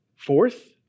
Fourth